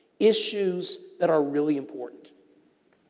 issues that are really important.